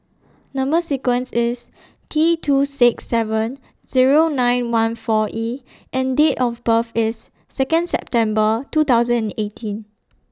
Number sequence IS T two six seven Zero nine one four E and Date of birth IS Second September two thousand and eighteen